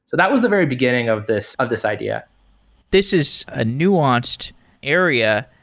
that was the very beginning of this of this idea this is a nuanced area.